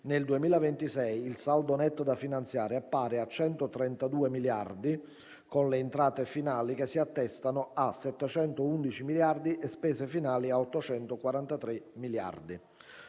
Nel 2026 il saldo netto da finanziare è pari a 132 miliardi con le entrate finali che si attestano a 711 miliardi e spese finali a 843 miliardi.